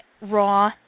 raw